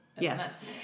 Yes